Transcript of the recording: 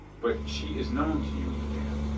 but she is known to you, madame.